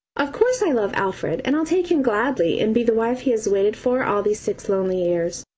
of course i love alfred, and i'll take him gladly and be the wife he has waited for all these six lonely years.